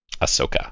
Ahsoka